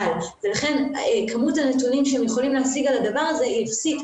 לכן כמות הנתונים שהם יכולים להשיג על הדבר הזה היא אפסית.